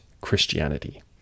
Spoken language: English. Christianity